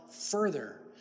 further